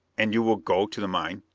and you will go to the mine?